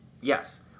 Yes